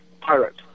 pirate